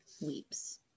weeps